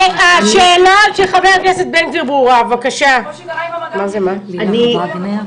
כמו שקרה עם --- השאלה של חבר הכנסת בן גביר ברורה.